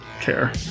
care